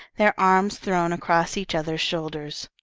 their arms thrown across each other's shoulders.